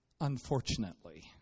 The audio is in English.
unfortunately